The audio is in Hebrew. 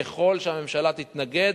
ככל שהממשלה תתנגד,